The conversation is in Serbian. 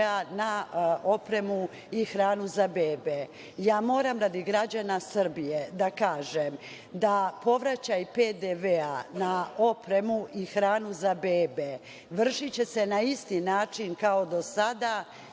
na opremu i hranu za bebe. Moram, radi građana Srbije, da kažem, da povraćaj PDV-a na opremu i hranu za bebe, vršiće se na isti način kao do sada,